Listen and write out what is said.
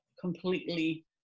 completely